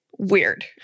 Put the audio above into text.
weird